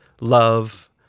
love